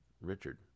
Richard